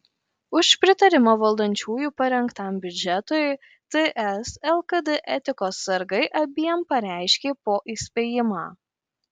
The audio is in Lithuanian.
už pritarimą valdančiųjų parengtam biudžetui ts lkd etikos sargai abiem pareiškė po įspėjimą